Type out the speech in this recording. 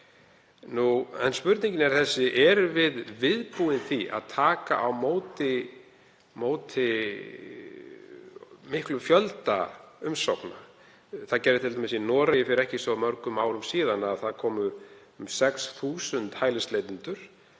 En spurningin er þessi: Erum við viðbúin því að taka á móti miklum fjölda umsókna? Það gerðist t.d. í Noregi fyrir ekki svo mörgum árum síðan að það komu um 6.000 hælisleitendur